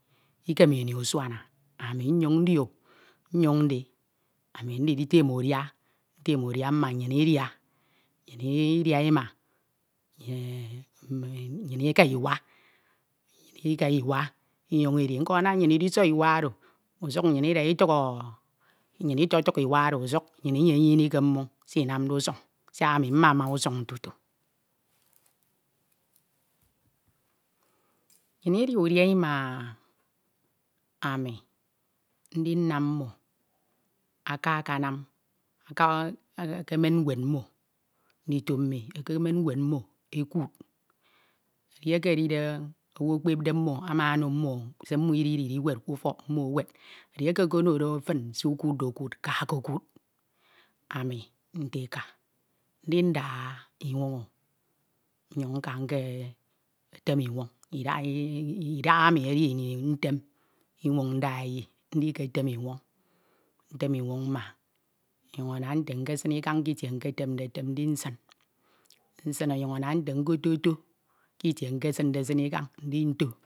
ikem ini usuana ama nyọñ ndi o, nyoñ ndi ami ndi nditem udia mma nnyin idia, nnyin idia ima, nnyin ika iwa, ika iwa inyoñ edi, nko ana nnyin idisoi iwa oro, usuk nnyin ida ituko, nnyin itetuk iwa oro, usuk nnyin iyenyini ke mmon se inam usuñ, siak ami mmama usuñ tutu, nnyin idia udia ima, ami ndinam mmo aka akanam, ekemen nwed mmo ndito mi ekemen nwed mmo ekuud, edieke edide owu ekpepde mmo ama ono mmo se mmo idide idinwed kúfok mmo ewed, edieke ekenode fin se ukuudde kuud kakekuud, ami nte eka ndidaha imooño, nnyuñ nka aketem imwoñ idaham edi ini ntem, inwoñ nda eyi, ndi nketem inwoñ ndaeyi, ndi nketem inwoñ, ntem inwoñ mma, ọnyuñ ana nte nkesin ikan ke itie nketemde etem ndi nkesin, nsin ọnyuñ ana nte nke toto k'itie nkesinde sin ikañ ndi nto,